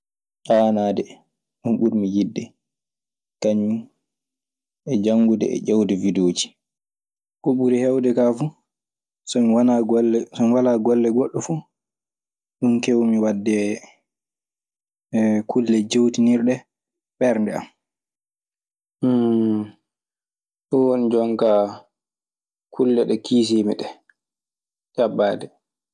Ɗum aade ɗun ɓuri mi yiɗde kañum e janngude e ñewde widooji. ko ɓuri hewde kaa fuu so mi wanaa so mi walaa golle goɗɗo fuu ɗum kewmi wadde. kulle jewtinirɗe ɓernde am. Ɗun woni jonkaa kulle ɗe kiisii mi ɗee ƴaɓɓaade.